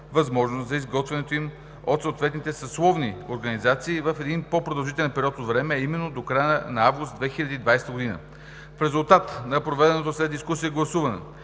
възможност за изготвянето им от съответните съсловни организации в един по-продължителен период от време, а именно до края на август 2020 г. В резултат на проведеното след дискусията гласуване,